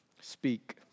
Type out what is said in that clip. speak